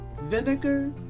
Vinegar